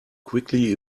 quickly